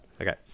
Okay